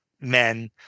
men